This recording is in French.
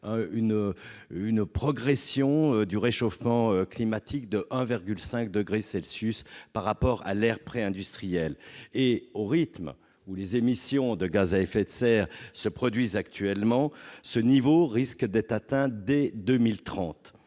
une progression du réchauffement climatique de 1,5 degré Celsius par rapport à l'aire préindustrielle. Au rythme actuel d'émissions de gaz à effet de serre, ce niveau risque d'être atteint dès 2030.